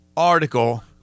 article